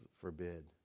forbid